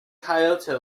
kyoto